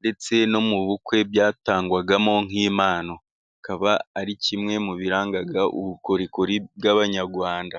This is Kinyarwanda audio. ,ndetse no mu bukwe byatangwagamo nk'impano ,bikaba ari kimwe mu biranga ubukorikori bw'Abanyarwanda.